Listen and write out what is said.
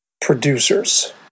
producers